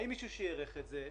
האם מישהו שיערך את זה?